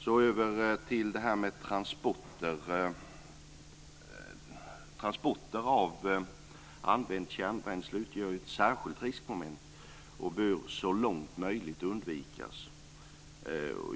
Så över till det här med transporter. Transporter av använt kärnbränsle utgör ett särskilt riskmoment och bör så långt möjligt undvikas.